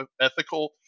ethical